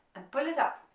and pull it up,